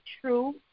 true